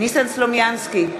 ניסן סלומינסקי,